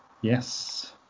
yes